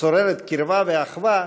שוררות קרבה ואחווה,